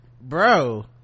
Bro